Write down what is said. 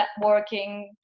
networking